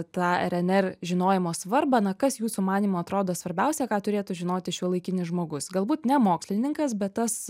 tą rnr žinojimo svarbą na kas jūsų manymu atrodo svarbiausia ką turėtų žinoti šiuolaikinis žmogus galbūt ne mokslininkas bet tas